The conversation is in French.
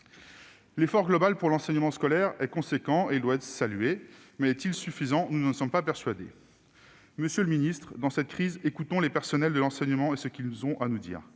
L'effort global pour l'enseignement scolaire est important, et il doit être salué ; mais est-il suffisant ? Nous n'en sommes pas persuadés. Monsieur le ministre, dans cette crise, écoutons les personnels de l'enseignement et ce qu'ils ont à nous dire.